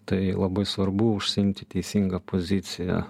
tai labai svarbu užsiimti teisingą poziciją